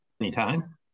Anytime